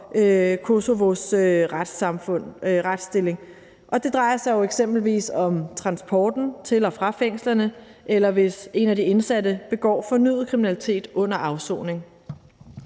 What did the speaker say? Kosovos retsstilling. Det drejer sig eksempelvis om transporten til og fra fængslerne, eller hvis en af de indsatte begår fornyet kriminalitet under afsoning.